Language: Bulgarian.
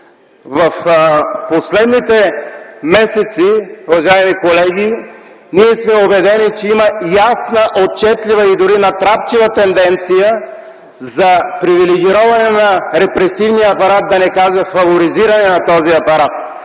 В последните месеци, уважаеми колеги, ние сме убедени, че има ясна, отчетлива и дори натрапчива тенденция за привилегироване на репресивния апарат, да не кажа фаворизиране на този апарат.